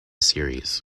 series